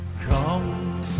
Come